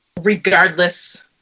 regardless